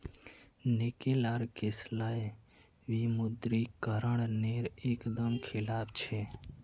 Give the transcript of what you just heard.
निकिल आर किसलय विमुद्रीकरण नेर एक दम खिलाफ छे